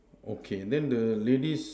okay then the ladies